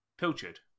Pilchard